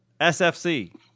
SFC